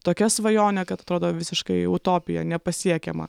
tokia svajonė kad atrodo visiškai utopija nepasiekiama